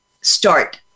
start